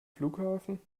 flughafen